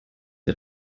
der